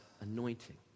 anointing